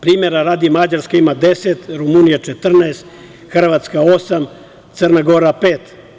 Primera radi, Mađarska ima 10, Rumunija 14, Hrvatska osam, Crna Gora pet.